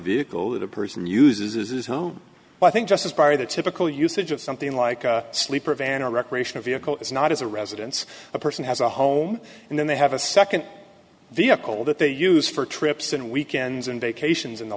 vehicle that a person uses home but i think just as by the typical usage of something like a sleeper van or recreational vehicle it's not as a residence a person has a home and then they have a second vehicle that they use for trips and weekends and vacations and the